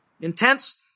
Intense